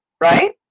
right